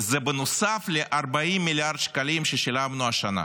זה נוסף ל-40 מיליארד שקלים ששילמנו השנה.